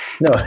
No